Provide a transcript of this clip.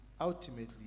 ultimately